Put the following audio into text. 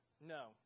No